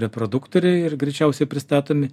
reproduktoriai ir greičiausiai pristatomi